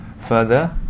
Further